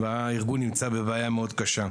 והארגון נמצא בבעיה מאוד קשה.